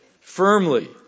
firmly